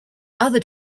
other